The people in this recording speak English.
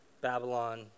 Babylon